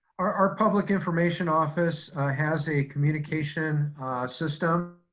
our our public information office has a communication system,